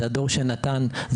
הדור שנתן,